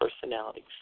personalities